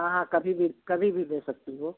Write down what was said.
हाँ हाँ कभी भी कभी भी भेज सकती हो